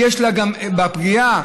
יש פגיעה,